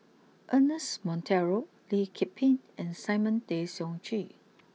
Ernest Monteiro Lee Kip Lin and Simon Tay Seong Chee